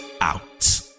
out